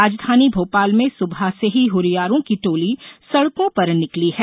राजधानी भोपाल में सुबह से ही हुरियारों की टोली सड़को पर निकली है